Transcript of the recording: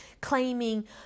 claiming